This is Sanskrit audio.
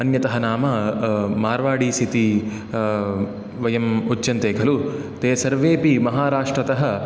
अन्यतः नाम मार्वाडीस् इति वयम् उच्यन्ते खलु ते सर्वेप महाराष्ट्रतः